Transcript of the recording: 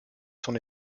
son